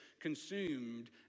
consumed